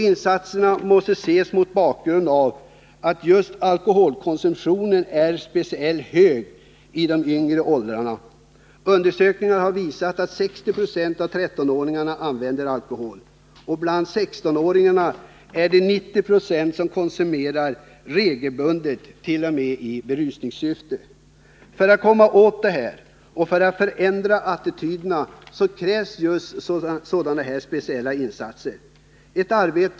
Insatserna måste ses mot bakgrund av att just alkoholkonsumtionen är speciellt hög i de lägre åldrarna. Undersökningar visar att 60 90 av trettonåringarna använder alkohol. Bland sextonåringarna är det 90 96 som konsumerar sprit regelbundet, t.o.m. i berusningssyfte. För att komma åt detta och för att förändra attityderna krävs sådana här speciella insatser.